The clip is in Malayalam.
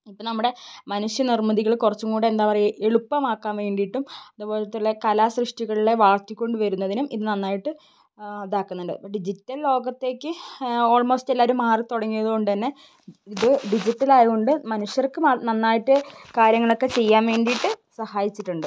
ഇപ്പം നമ്മുടെ മനുഷ്യ നിർമ്മിതികൾ കുറച്ചും കൂടെ എന്താ പറയാ എളുപ്പമാക്കാൻ വേണ്ടീട്ടും അതുപോലെത്തുള്ള കലാസൃഷ്ടികളിലെ വളർത്തി കൊണ്ട് വരുന്നതിനും ഇത് നന്നായിട്ട് ഇതാക്കുന്നുണ്ട് ഇപ്പം ഡിജിറ്റൽ ലോകത്തേക്ക് ഓൾമോസ്റ്റെല്ലാവരും മാറി തുടങ്ങിയത് കൊണ്ട് തന്നെ ഇത് ഡിജിറ്റലായത് കൊണ്ട് മനുഷ്യർക്ക് നന്നായിട്ട് കാര്യങ്ങൾ ഒക്കെ ചെയ്യാൻ വേണ്ടീട്ട് സഹായിച്ചിട്ടുണ്ട്